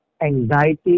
anxiety